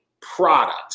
product